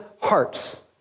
hearts